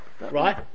Right